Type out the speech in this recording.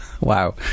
wow